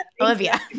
Olivia